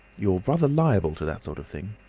you're rather liable to that sort of thing.